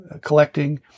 collecting